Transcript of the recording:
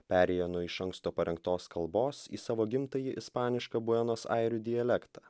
perėjo nuo iš anksto parengtos kalbos į savo gimtąjį ispanišką buenos airių dialektą